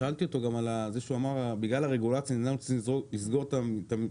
שאלתי אותו גם על זה שהוא אמר שבגלל הרגולציה רוצים לסגור את המפעל.